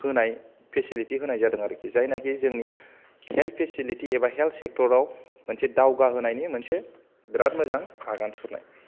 होनाय फेसिलिति होनाय जादों आरोखि जायनाखि जोंनि हेल्थ फेसिलिति एबा हेल्थ सेक्तराव मोनसे दावगा होनायनि मोनसे बिराद मोजां आगान सुरनाय